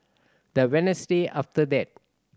the Wednesday after that